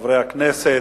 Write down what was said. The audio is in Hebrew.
חברי הכנסת,